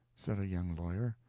said a young lawyer,